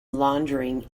laundering